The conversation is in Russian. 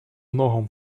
многом